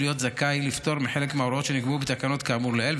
להיות זכאי לפטור מחלק מההוראות שנקבעו בתקנות כאמור לעיל,